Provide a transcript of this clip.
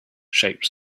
shapes